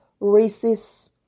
racist